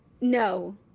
No